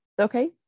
Okay